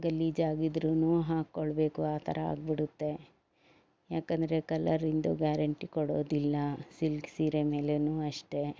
ಗಲೀಜಾಗಿ ಇದ್ರೂ ಹಾಕ್ಕೊಳ್ಳಬೇಕು ಆ ಥರ ಆಗಿಬಿಡುತ್ತೆ ಯಾಕಂದರೆ ಕಲರಿಂದು ಗ್ಯಾರಂಟಿ ಕೊಡೋದಿಲ್ಲ ಸಿಲ್ಕ್ ಸೀರೆ ಮೇಲೇನೂ ಅಷ್ಟೇ